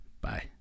Bye